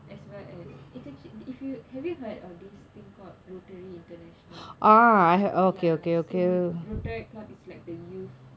as well as it's actually if you have you heard of this thing called rotary international ya so rotaract club is like the youth